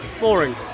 boring